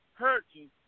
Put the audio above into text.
hurting